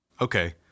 Okay